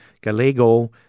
Gallego